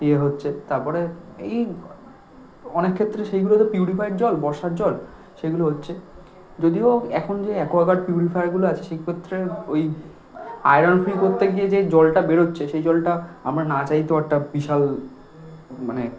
এই হচ্ছে তার পরে এই অনেক ক্ষেত্রে সেইগুলো তো পিউরিফায়েড জল বর্ষার জল সেগুলো হচ্ছে যদিও এখন যে অ্যাকোয়াগার্ড পিউরিফায়ারগুলো আছে সেইক্ষেত্রে ওই আয়রন ফ্রি করতে গিয়ে যে জলটা বেরোচ্ছে সেই জলটা আমরা না চাইতেও একটা বিশাল মানে